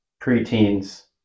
preteens